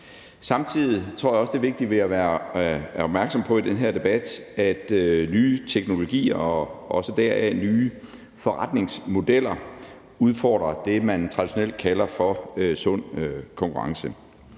Samtidig tror jeg også, det er vigtigt, at vi er opmærksomme på i den her debat, at nye teknologier og også deraf nye forretningsmodeller udfordrer det, man traditionelt kalder for sund konkurrence.